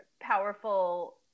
powerful